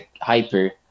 Hyper